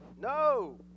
no